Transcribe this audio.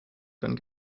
dann